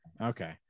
Okay